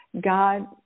god